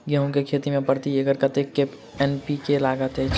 गेंहूँ केँ खेती मे प्रति एकड़ कतेक एन.पी.के लागैत अछि?